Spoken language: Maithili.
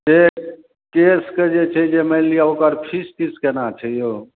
केस केसके जे छै से मानि लिअ ओकर फीस तीस केना छै यौ